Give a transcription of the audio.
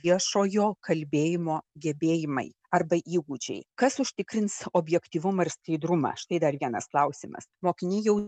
viešojo kalbėjimo gebėjimai arba įgūdžiai kas užtikrins objektyvumą ir skaidrumą štai dar vienas klausimas mokiniai jau